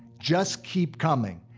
just keep coming.